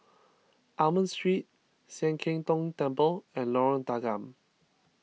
Almond Street Sian Keng Tong Temple and Lorong Tanggam